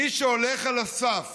מי שהולך על הסף